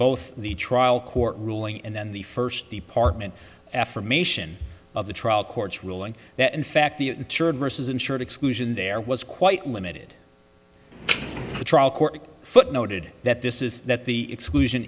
both the trial court ruling and then the first department affirmation of the trial court's ruling that in fact the church versus insured exclusion there was quite limited trial court footnoted that this is that the exclusion